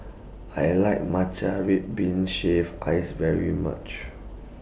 I like Matcha Red Bean Shaved Ice very much